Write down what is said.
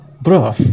Bro